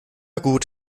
gut